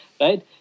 right